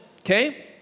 Okay